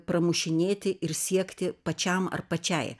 pramušinėti ir siekti pačiam ar pačiai